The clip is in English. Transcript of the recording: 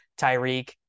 Tyreek